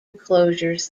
enclosures